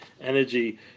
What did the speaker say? energy